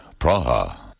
Praha